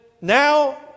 now